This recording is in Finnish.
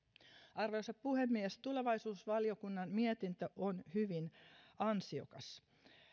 arvoisa puhemies tulevaisuusvaliokunnan mietintö on hyvin ansiokas